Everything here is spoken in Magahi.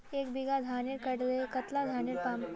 एक बीघा धानेर करले कतला धानेर पाम?